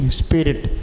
spirit